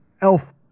elf